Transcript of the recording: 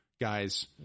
guys